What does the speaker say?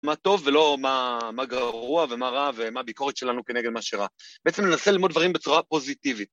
מה טוב ולא מה גרוע ומה רע ומה ביקורת שלנו כנגד מה שרע. בעצם ננסה ללמוד דברים בצורה פוזיטיבית.